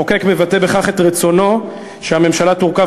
המחוקק מבטא בכך את רצונו שהממשלה תורכב